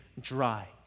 dry